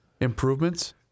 improvements